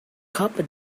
carpet